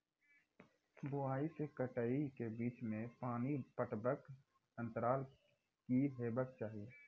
बुआई से कटाई के बीच मे पानि पटबनक अन्तराल की हेबाक चाही?